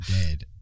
Dead